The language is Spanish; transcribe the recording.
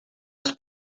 las